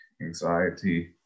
anxiety